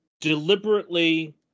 deliberately